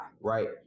right